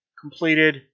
completed